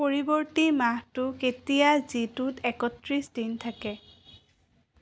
পৰৱৰ্তী মাহটো কেতিয়া যিটোত একত্ৰিশ দিন থাকে